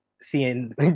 seeing